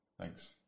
Thanks